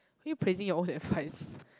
you praising your own advice